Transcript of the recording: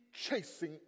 chasing